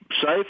safe